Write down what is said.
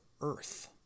Earth